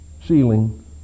ceiling